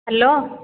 hello